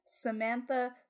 Samantha